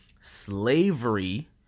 Slavery